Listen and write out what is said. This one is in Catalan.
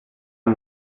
amb